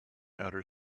outer